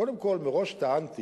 קודם כול, מראש טענתי